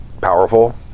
powerful